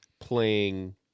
playing